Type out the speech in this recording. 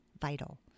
vital